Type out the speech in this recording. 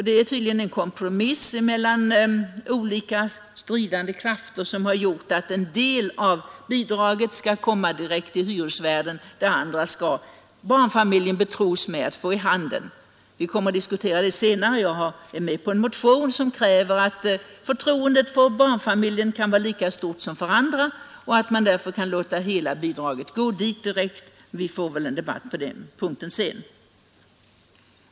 Det är tydligen en kompromiss mellan olika stridande krafter som har gjort att en del av bidraget föreslås gå direkt till hyresvärden, medan barmfamiljerna skall betros med att få en annan del i handen. Vi kommer att diskutera detta senare. Jag är med på en motion som kräver att förtroendet för barnfamiljen skall vara lika stort som för andra och att man därför kan låta hela bidraget gå direkt till familjen. Vi får som sagt en debatt på den punkten senare.